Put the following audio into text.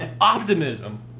optimism